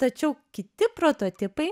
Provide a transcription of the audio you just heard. tačiau kiti prototipai